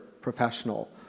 professional